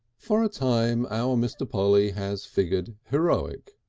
for a time our mr. polly has figured heroic.